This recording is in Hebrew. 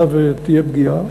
היה ותהיה פגיעה.